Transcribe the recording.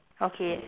okay